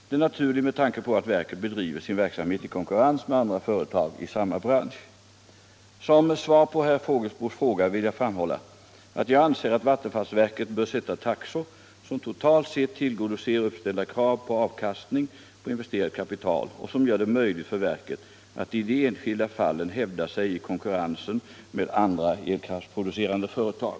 Det är naturligt med tanke på att verket bedriver sin verksamhet i konkurrens med andra företag i samma bransch. Som svar på herr Fågelsbos fråga vill jag framhålla att jag anser att vattenfallsverket bör sätta taxor som totalt sett tillgodoser uppställda krav på avkastning på investerat kapital och som gör det möjligt för verket att i de enskilda fallen hävda sig i konkurrensen med andra elkraftproducerande företag.